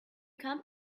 come